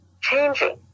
changing